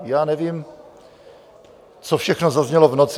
Já nevím, co všechno zaznělo v noci.